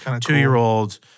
two-year-old